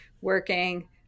working